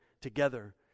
together